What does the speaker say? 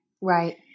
Right